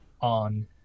on